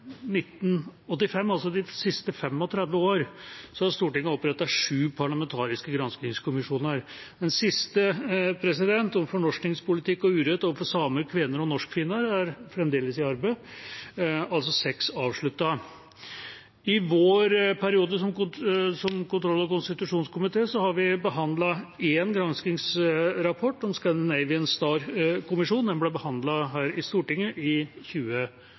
1985, altså de siste 35 år, har Stortinget opprettet sju parlamentariske granskingskommisjoner. Den siste, om fornorskingspolitikk og urett overfor samer, kvener og norskfinner, er fremdeles i arbeid, altså seks avsluttede. I vår periode som kontroll- og konstitusjonskomité har vi behandlet én granskingsrapport, fra Scandinavian Star-kommisjonen – den ble behandlet her i Stortinget i